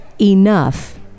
enough